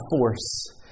force